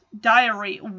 diary